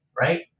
right